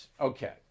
Okay